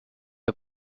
que